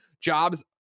jobs